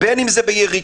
בין אם זה ביריקות,